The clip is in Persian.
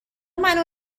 منو